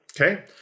Okay